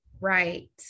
Right